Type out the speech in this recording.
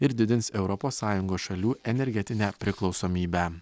ir didins europos sąjungos šalių energetinę priklausomybę